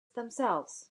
themselves